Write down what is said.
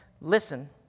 listen